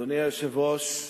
אדוני היושב-ראש,